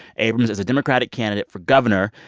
abrams is a democratic candidate for governor,